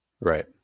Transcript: right